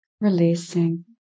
releasing